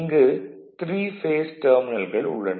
இங்கு 3 பேஸ் டெர்மினல்கள் உள்ளன